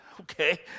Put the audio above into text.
okay